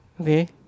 Okay